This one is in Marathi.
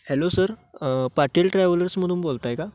हॅलो सर पाटील ट्रॅव्हलर्समधून बोलत आहे का